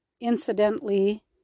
incidentally